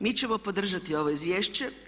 Mi ćemo podržati ovo izvješće.